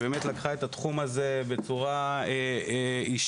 שלקחה את התחום הזה בצורה אישית,